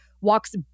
walks